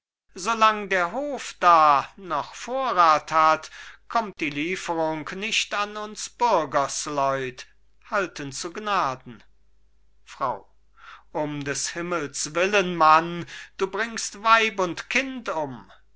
lang der hof da noch vorrath hat kommt die lieferung nicht an uns bürgersleut halten zu gnaden frau um des himmels willen mann du bringst weib und kind um